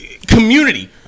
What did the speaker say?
Community